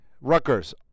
Rutgers